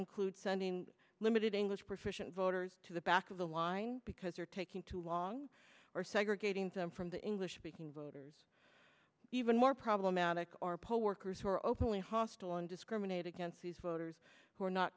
includes sending limited english proficient voters to the back of the line because they're taking too long or segregating them from the english speaking voters even more problematic or poll workers who are openly hostile and discriminate against these voters who are not